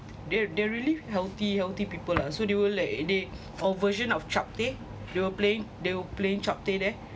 they're they're really healthy healthy people lah so they will like they our version of chapteh they were playing they were playing chapteh there